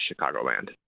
Chicagoland